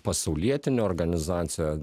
pasaulietinė organizacija